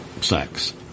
sex